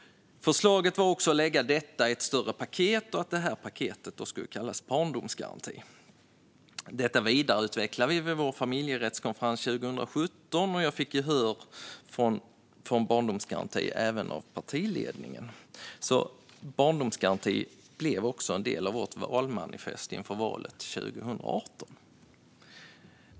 Förslaget var också att lägga detta i ett större paket och att det paketet skulle kallas för barndomsgaranti. Detta vidareutvecklade vi vid vår familjerättskonferens 2017, och jag fick gehör för en barndomsgaranti även av partiledningen. Barndomsgarantin blev också en del av vårt valmanifest inför valet 2018.